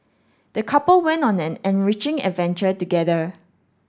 the couple went on an enriching adventure together